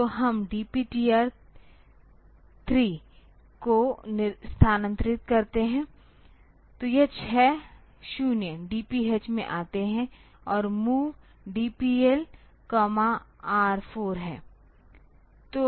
तो हम DPTR 3 को स्थानांतरित करते हैं तो यह छह 0 DPH में आते हैं और MOVE DPL R4 हैं